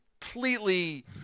completely